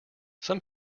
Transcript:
some